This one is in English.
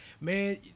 Man